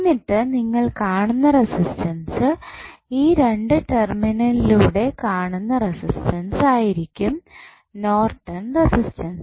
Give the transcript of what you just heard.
എന്നിട്ട് നിങ്ങൾ കാണുന്ന റെസിസ്റ്റൻസ് ഈ രണ്ട് ടെർമിനലിലൂടെ കാണുന്ന റെസിസ്റ്റൻസ് ആയിരിക്കും നോർട്ടൺ റെസിസ്റ്റൻസ്